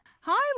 Hi